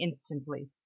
instantly